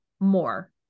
more